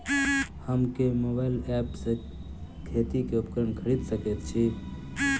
हम केँ mobile app सँ खेती केँ उपकरण खरीदै सकैत छी?